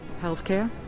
Healthcare